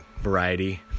variety